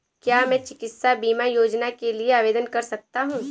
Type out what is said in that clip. क्या मैं चिकित्सा बीमा योजना के लिए आवेदन कर सकता हूँ?